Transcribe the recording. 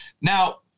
now